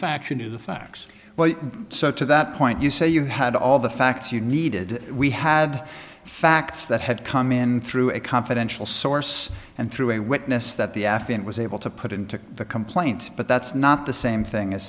faction knew the facts well so to that point you say you had all the facts you needed we had facts that had come in through a confidential source and through a witness that the affiant was able to put into the complaint but that's not the same thing as